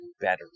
better